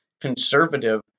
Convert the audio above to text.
conservative